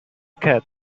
cat